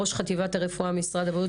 ראש חטיבת הרפואה במשרד הבריאות,